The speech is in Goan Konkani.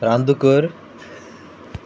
रांदूकर